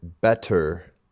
better